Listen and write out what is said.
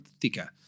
thicker